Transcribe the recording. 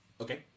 okay